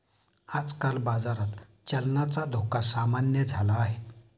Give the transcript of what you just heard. आजकाल बाजारात चलनाचा धोका सामान्य झाला आहे